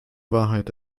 wahrheit